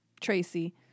Tracy